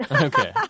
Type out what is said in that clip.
Okay